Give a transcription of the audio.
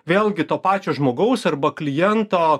vėlgi to pačio žmogaus arba kliento